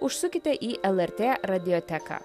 užsukite į lrt radioteką